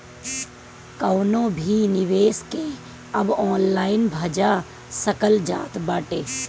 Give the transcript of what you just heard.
कवनो भी निवेश के अब ऑनलाइन भजा सकल जात बाटे